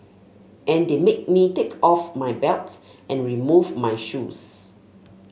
and they made me take off my belt and remove my shoes